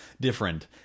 different